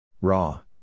Raw